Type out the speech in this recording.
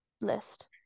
list